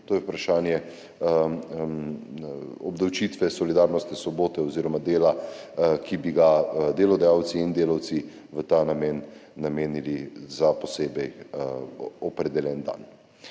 to je vprašanje obdavčitve solidarnostne sobote oziroma dela, ki bi ga delodajalci in delavci v ta namen namenili za posebej opredeljen dan.